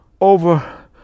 over